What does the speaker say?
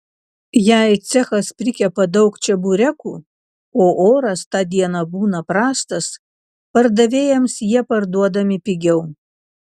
jei cechas prikepa daug čeburekų o oras tą dieną būna prastas pardavėjams jie parduodami pigiau